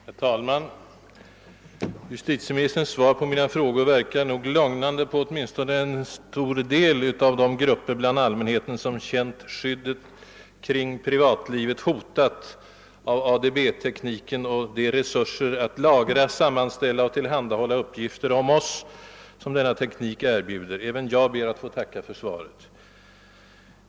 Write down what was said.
Herr talman! Justitieministerns svar på mina frågor verkar nog lugnande på åtminstone en stor del av de grupper bland allmänheten, som känt skyddet kring privatlivet hotat av ADB-tekniken och de resurser att lagra, sammanställa och tillhandahålla uppgifter om oss, som denna teknik erbjuder. Även jag ber att få tacka för svaret.